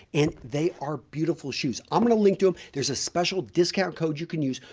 and they are beautiful shoes. i'm going to link to them. there's a special discount code you can use.